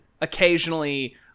occasionally